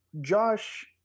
Josh